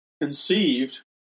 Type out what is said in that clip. conceived